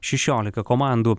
šešiolika komandų